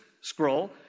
scroll